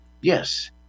Yes